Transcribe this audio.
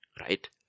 right